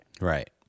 Right